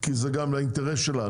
כי זה גם לאינטרס שלה.